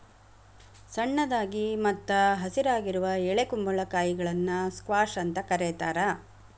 ಸಣ್ಣದಾಗಿ ಮತ್ತ ಹಸಿರಾಗಿರುವ ಎಳೆ ಕುಂಬಳಕಾಯಿಗಳನ್ನ ಸ್ಕ್ವಾಷ್ ಅಂತ ಕರೇತಾರ